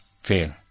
fail